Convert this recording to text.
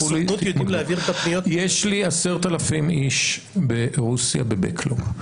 יש לי 10,000 איש ברוסיה ב-backlog,